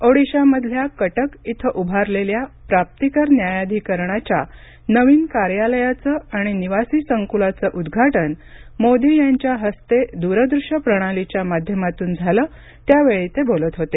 ओडिशामधल्या कटक इथं उभारलेल्या प्राप्तीकर न्यायाधीकरणाच्या नवीन कार्यालयाचं आणि निवासी संकुलाचं उद्घाटन मोदी यांच्या हस्ते दूरदृष्य प्रणालीच्या माध्यामातून झालं त्यावेळी ते बोलत होते